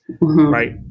right